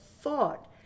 thought